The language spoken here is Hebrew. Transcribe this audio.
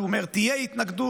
שבו הוא אומר: תהיה התנגדות,